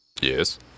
Yes